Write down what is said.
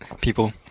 people